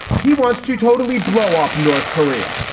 he wants to totally blow up north korea.